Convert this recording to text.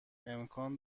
امکان